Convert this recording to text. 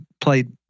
played